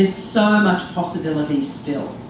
ah um possibilities still.